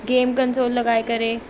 game console लॻाए करे